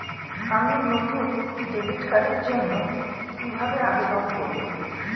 আমি নতুন ডেবিট কার্ডের জন্য কিভাবে আবেদন করব?